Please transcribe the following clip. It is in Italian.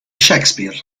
shakespeare